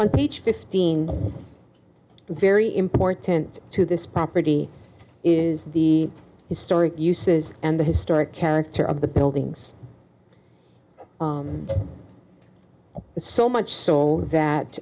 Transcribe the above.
on each fifteen very important to this property is the historic uses and the historic character of the buildings so much so that